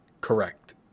Correct